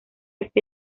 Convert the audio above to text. este